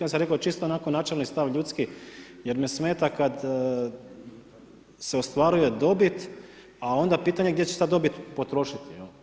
Ja sam rekao čisto onako načelni stav ljudski, jer me smeta kad se ostvaruje dobit, a onda pitanje gdje će se ta dobit potrošiti.